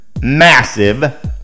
massive